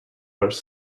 and